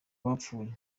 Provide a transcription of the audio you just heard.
bapfuye